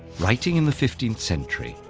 writing in the fifteenth century,